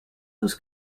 was